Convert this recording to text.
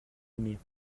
aimaient